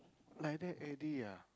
like that already ah